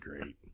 great